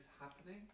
happening